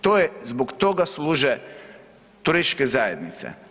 To je, zbog toga služe turističke zajednice.